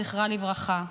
זכרה לברכה,